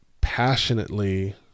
passionately